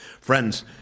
Friends